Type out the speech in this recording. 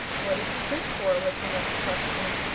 what is he good for? was the next question.